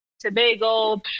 Tobago